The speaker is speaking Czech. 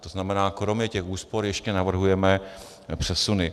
To znamená, kromě těch úspor ještě navrhujeme přesuny.